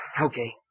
Okay